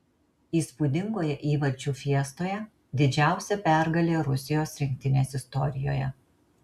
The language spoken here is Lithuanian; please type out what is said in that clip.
įspūdingoje įvarčių fiestoje didžiausia pergalė rusijos rinktinės istorijoje